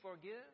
forgive